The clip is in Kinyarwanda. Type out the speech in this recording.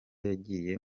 yagiye